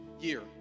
year